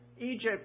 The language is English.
Egypt